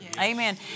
Amen